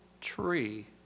tree